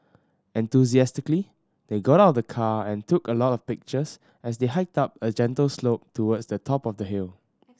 enthusiastically they got out of the car and took a lot of pictures as they hiked up a gentle slope towards the top of the hill